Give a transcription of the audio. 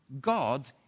God